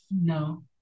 no